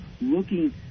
looking